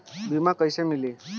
बीमा कैसे मिली?